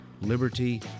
liberty